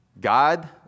God